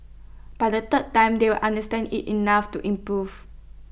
by the third time they will understand IT enough to improve